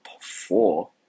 four